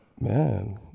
man